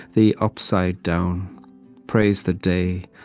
the upside-down praise the day,